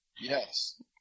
Yes